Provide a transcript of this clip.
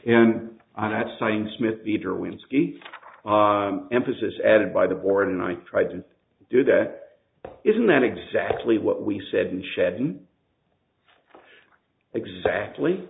and i had signed smith either when skeets emphasis added by the board and i tried to do that isn't that exactly what we said in shedden exactly